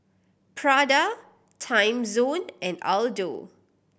Prada Timezone and Aldo